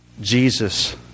Jesus